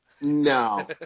No